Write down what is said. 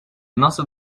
nasıl